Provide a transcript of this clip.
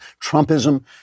Trumpism